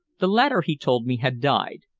the latter, he told me, had died,